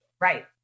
Right